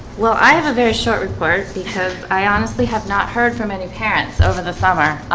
well, i have a very short report because i honestly have not heard from any parents over the summer